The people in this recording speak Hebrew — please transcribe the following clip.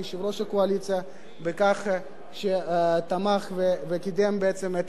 ליושב-ראש הקואליציה על כך שתמך וקידם בעצם את